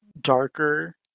darker